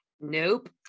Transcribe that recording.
Nope